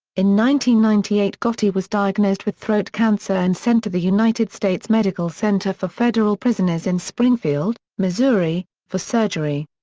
ninety ninety eight gotti was diagnosed with throat cancer and sent to the united states medical center for federal prisoners in springfield, missouri, for surgery.